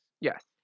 Yes